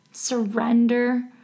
Surrender